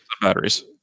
batteries